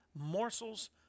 morsels